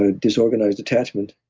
ah disorganized attachment,